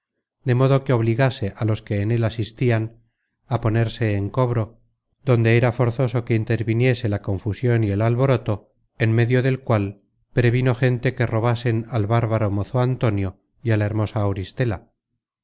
de modo que obligase á los que en él asistian á ponerse en cobro donde era forzoso que interviniese la confusion y el alboroto en medio del cual previno gente que robasen al bárbaro mozo antonio y á la hermosa auristela